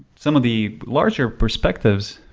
some of the larger perspective,